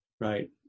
Right